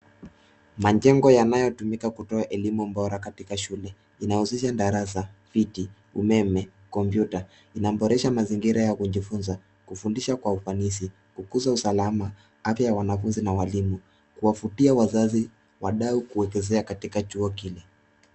Majengo yanayotumika kutoa elimu bora katika shule inahusisha darasa viti umeme kompyuta inaboresha mazingira ya kujifunza kufundisha kwa ufanisi kukuza usalama afya ya wanafunzi na mwalimu kuwavutia wazazi wadai kuwekezea katika chuo kile